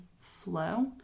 flow